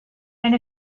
and